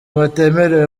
batemerewe